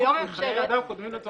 חיי אדם קודמים לצרכנות.